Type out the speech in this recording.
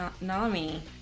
Nami